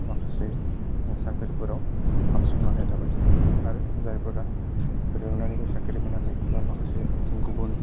माखासे साख्रिफोराव हाबसोनानै थाबाय आरो जायफोरा रोंनानैबो साख्रि मोनाखै बा माखासे गुबुन